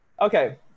Okay